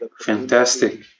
fantastic